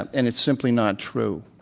and it's simply not true.